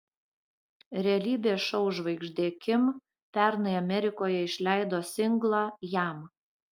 realybės šou žvaigždė kim pernai amerikoje išleido singlą jam